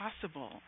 possible